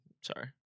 Sorry